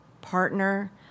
partner